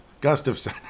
Gustafson